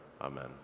amen